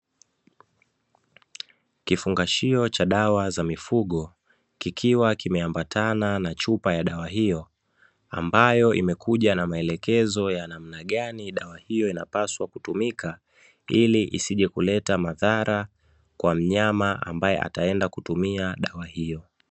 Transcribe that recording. Kifungashio cha dawa za mifugo kikiwa kimeambatana na chupa ya dawa hiyo, ambayo ina maelekezo ya namna gani dawa hiyo inapaswa kutumika kwa mnyama anayeenda kutumia dawa hiyo.